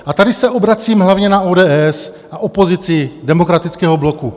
A tady se obracím hlavně na ODS a opozici demokratického bloku.